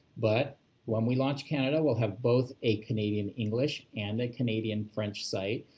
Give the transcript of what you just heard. but when we launch canada, we'll have both a canadian english and a canadian french site.